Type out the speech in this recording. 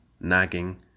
nagging